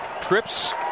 trips